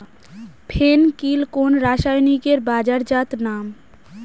ফেন কিল কোন রাসায়নিকের বাজারজাত নাম?